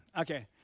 Okay